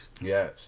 Yes